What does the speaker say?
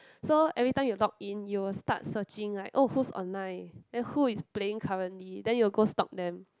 so every time you log in you will start searching like oh who's online then who is playing currently then you'll go stalk them